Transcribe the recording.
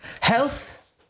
health